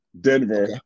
Denver